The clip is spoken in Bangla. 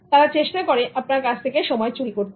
তারা চেষ্টা করে আপনার কাছ থেকে সময় চুরি করতে